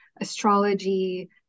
astrology